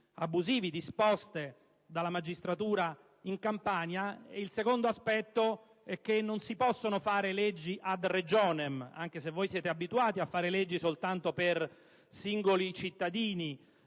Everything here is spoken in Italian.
abusivi disposte dalla magistratura in Campania; il secondo aspetto è che non si possono fare leggi *ad regionem*. Anche se siete abituati a fare leggi soltanto per singoli cittadini,